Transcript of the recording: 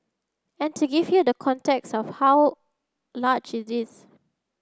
and to give you the context of how large it is